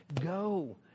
Go